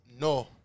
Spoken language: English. no